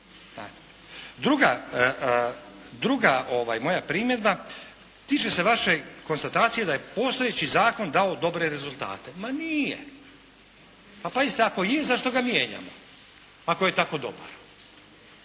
Druga moja primjedba tiče se vaše konstatacije da je postojeći zakon dao dobre rezultate. Ma nije! Pa pazite, ako je zašto ga mijenjamo ako je tako dobar?